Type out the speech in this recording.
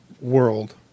world